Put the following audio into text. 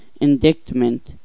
indictment